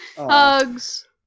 Hugs